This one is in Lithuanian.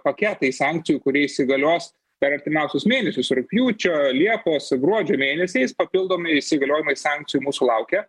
paketai sankcijų kurie įsigalios per artimiausius mėnesius rugpjūčio liepos gruodžio mėnesiais papildomi įgaliojimais sankcijų mūsų laukia